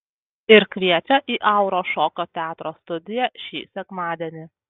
ir kviečia į auros šokio teatro studiją šį sekmadienį